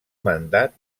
mandat